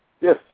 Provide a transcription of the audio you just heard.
Yes